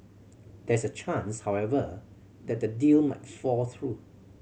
there is a chance however that the deal might fall through